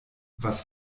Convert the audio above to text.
was